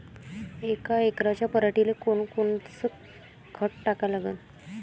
यका एकराच्या पराटीले कोनकोनचं खत टाका लागन?